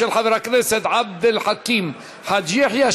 של חבר הכנסת עבד אל חכים חאג' יחיא,